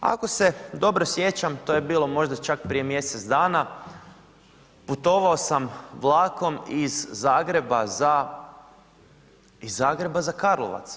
Ako se dobro sjećam, to je bilo možda čak prije mjesec dana, putovao sam vlakom iz Zagreba za, iz Zagreba za Karlovac.